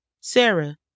Sarah